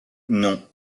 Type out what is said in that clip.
non